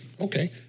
Okay